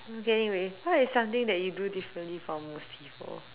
okay anyway what is something that you do differently from most people